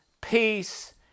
peace